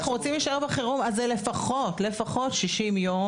מדברים על המקרה הכי פשוט אז זה לפחות 60 יום.